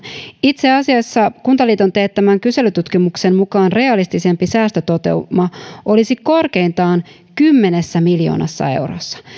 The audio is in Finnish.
itse asiassa kuntaliiton teettämän kyselytutkimuksen mukaan realistisempi säästötoteuma olisi korkeintaan kymmenessä miljoonassa eurossa